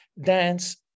dance